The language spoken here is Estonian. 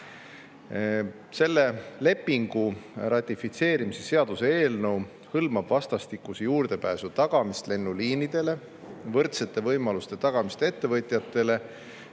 Selle lepingu ratifitseerimise seaduse eelnõu hõlmab vastastikuse juurdepääsu tagamist lennuliinidele, võrdsete võimaluste tagamist ettevõtjatele